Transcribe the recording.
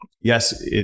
Yes